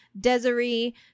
Desiree